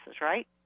right